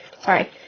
sorry